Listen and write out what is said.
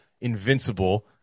invincible